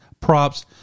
props